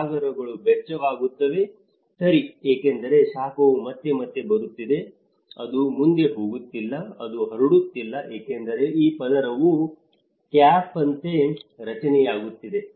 ಸಾಗರಗಳು ಬೆಚ್ಚಗಾಗುತ್ತಿವೆ ಸರಿ ಏಕೆಂದರೆ ಶಾಖವು ಮತ್ತೆ ಮತ್ತೆ ಬರುತ್ತಿದೆ ಅದು ಮುಂದೆ ಹೋಗುತ್ತಿಲ್ಲ ಅದು ಹರಡುತ್ತಿಲ್ಲ ಏಕೆಂದರೆ ಈ ಪದರವು ಕ್ಯಾಪ್ನಂತೆ ರಚನೆಯಾಗುತ್ತಿದೆ